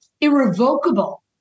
irrevocable